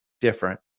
different